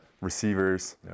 receivers